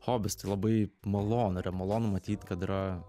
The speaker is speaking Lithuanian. hobis tai labai malonu yra malonu matyt kad yra